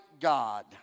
God